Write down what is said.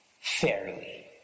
fairly